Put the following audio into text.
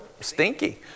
stinky